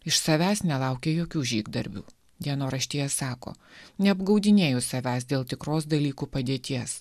iš savęs nelaukė jokių žygdarbių dienoraštyje sako neapgaudinėju savęs dėl tikros dalykų padėties